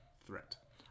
threat